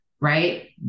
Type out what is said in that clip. right